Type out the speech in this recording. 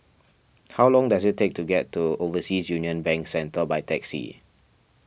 how long does it take to get to Overseas Union Bank Centre by taxi